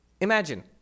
Imagine